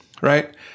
right